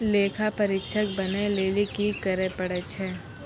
लेखा परीक्षक बनै लेली कि करै पड़ै छै?